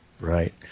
Right